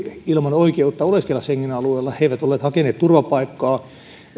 ilman oikeutta oleskella schengen alueella he eivät olleet hakeneet turvapaikkaa